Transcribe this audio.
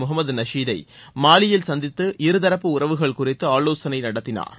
முகமது நஷ்தை மாலியில் சந்தித்து இருதரப்பு உறவுகள் குறிதது ஆலோசனை நடத்தினாா்